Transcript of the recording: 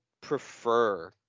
prefer